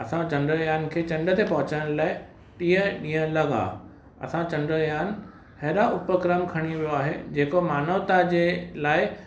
असांजो चंडयान खे चंड ते पहुचण लाइ टीह ॾींहं लॻा असांजो चंडयान अहिड़ा उपकरण खणी वियो आहे जेको मानवता जे लाइ